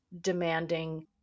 demanding